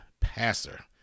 passer